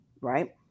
Right